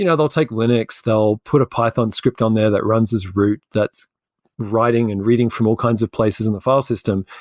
you know they'll take linux, they'll put a python script on there that runs as route that's writing and reading from all kinds of places in the file system.